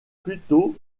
plutôt